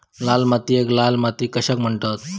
लाल मातीयेक लाल माती कशाक म्हणतत?